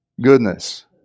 goodness